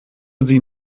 sie